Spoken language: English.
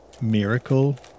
miracle